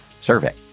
survey